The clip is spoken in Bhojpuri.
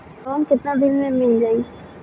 लोन कितना दिन में मिल जाई?